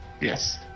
Yes